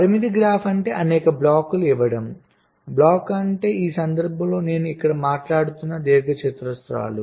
పరిమితి గ్రాఫ్ అంటే అనేక బ్లాక్లు ఇవ్వడం బ్లాక్స్ అంటే ఈ సందర్భంలో నేను ఇక్కడ మాట్లాడుతున్న దీర్ఘచతురస్రాలు